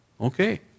Okay